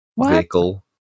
vehicle